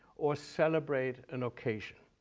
or celebrate an occasion.